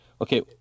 okay